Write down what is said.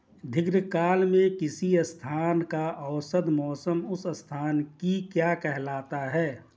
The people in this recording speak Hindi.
दीर्घकाल में किसी स्थान का औसत मौसम उस स्थान की क्या कहलाता है?